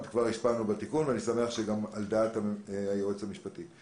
והשפענו על התיקון ואני שמח שזה גם על דעת היועץ המשפטי.